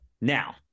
now